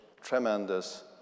tremendous